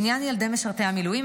לעניין ילדי משרתי המילואים,